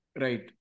right